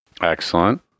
Excellent